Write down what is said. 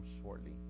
shortly